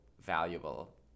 valuable